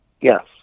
yes